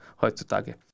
heutzutage